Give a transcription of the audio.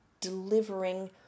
delivering